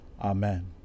Amen